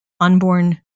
unborn